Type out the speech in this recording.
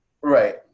Right